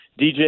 DJ